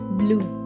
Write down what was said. blue